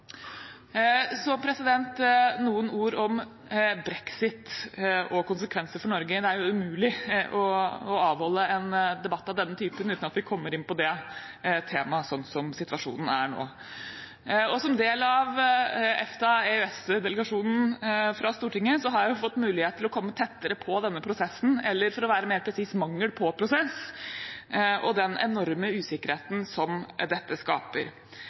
noen ord om brexit og konsekvenser for Norge. Det er umulig å avholde en debatt av denne typen uten at vi kommer inn på det temaet sånn som situasjonen er nå. Som del av EFTA/EØS-delegasjonen fra Stortinget har jeg fått mulighet til å komme tettere på denne prosessen, eller – for å være mer presis – mangelen på prosess, og den enorme usikkerheten som dette skaper.